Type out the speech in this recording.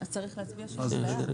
אז צריך להצביע שהם בעד.